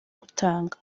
gutanga